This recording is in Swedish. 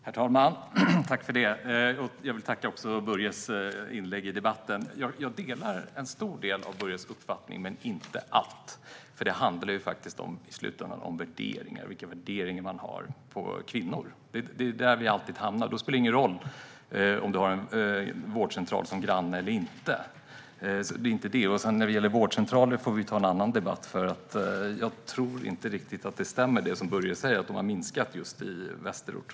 Herr talman! Jag vill tacka Börje för hans inlägg i debatten. Jag instämmer till stor del i Börjes uppfattning, men inte allt. Det handlar ju i slutändan faktiskt om vilka värderingar som man har i fråga om kvinnor. Då spelar det ingen roll om man har en vårdcentral som granne eller inte. När det gäller vårdcentraler får vi ta en annan debatt. Jag tror inte riktigt att det som Börje säger stämmer, att de har minskat i antal just i västerort.